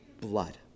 blood